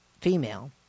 female